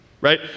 right